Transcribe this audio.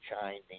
Chinese